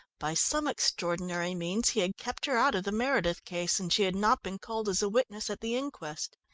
by some extraordinary means he had kept her out of the meredith case and she had not been called as a witness at the inquest.